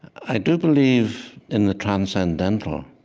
i do believe in the transcendental.